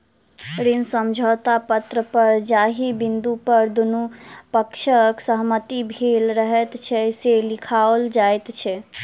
ऋण समझौता पत्र पर जाहि बिन्दु पर दुनू पक्षक सहमति भेल रहैत छै, से लिखाओल जाइत छै